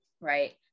Right